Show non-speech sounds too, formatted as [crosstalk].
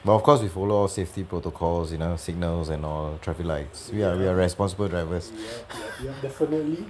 but of course we follow all safety protocols you know signals and all traffic lights so ya we are responsible drivers [laughs]